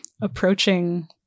approaching